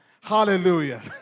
Hallelujah